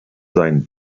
seinen